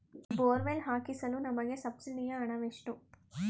Borewell ಹಾಕಿಸಲು ನಮಗೆ ಸಬ್ಸಿಡಿಯ ಹಣವೆಷ್ಟು?